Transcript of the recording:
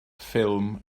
ffilm